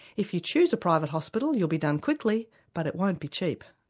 if you choose a private hospital you'll be done quickly but it won't be cheap.